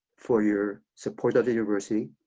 for your support of the university,